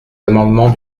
amendement